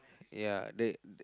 ya the